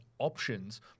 Options